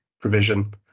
provision